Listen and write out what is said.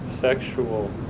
sexual